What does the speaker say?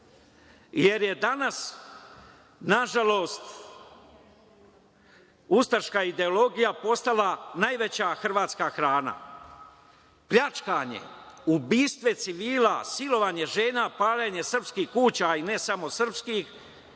jer je danas, nažalost, ustaška ideologija postala najveća hrvatska hrana. Pljačkanje, ubistva civila, silovanje žena, paljenje srpskih kuća, i ne samo srpskih,